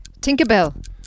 Tinkerbell